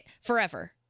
forever